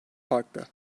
farklı